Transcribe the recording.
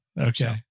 Okay